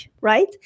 right